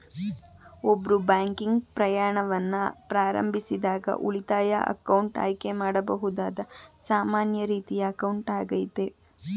ಒಬ್ರು ಬ್ಯಾಂಕಿಂಗ್ ಪ್ರಯಾಣವನ್ನ ಪ್ರಾರಂಭಿಸಿದಾಗ ಉಳಿತಾಯ ಅಕೌಂಟ್ ಆಯ್ಕೆ ಮಾಡಬಹುದಾದ ಸಾಮಾನ್ಯ ರೀತಿಯ ಅಕೌಂಟ್ ಆಗೈತೆ